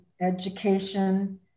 education